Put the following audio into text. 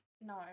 No